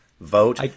vote